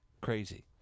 Crazy